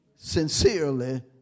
sincerely